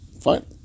fine